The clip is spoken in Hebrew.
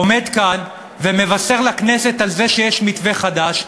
עומד כאן ומבשר לכנסת שיש מתווה חדש.